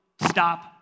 stop